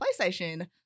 PlayStation